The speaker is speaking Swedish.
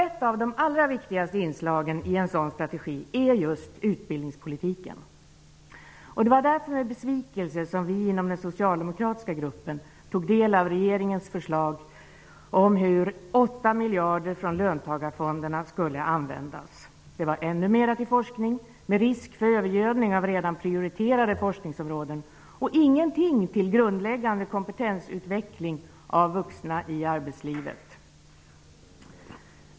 Ett av de allra viktigaste inslagen i en sådan strategi är just utbildningspolitiken. Det var därför som vi i den socialdemokratiska gruppen med besvikelse tog del av regeringens förslag om hur 8 miljarder kronor från löntagarfonderna skulle användas: Ännu mera skulle ges till forskning, med risk för övergödning av redan prioriterade forskningsområden, och ingenting till grundläggande kompetensutveckling av vuxna i arbetslivet.